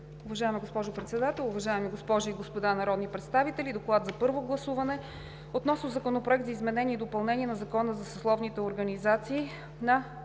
Уважаема госпожо Председател, уважаеми госпожи и господа народни представители! „ДОКЛАД за първо гласуване относно Законопроект за изменение и допълнение на Закона за трансплантация на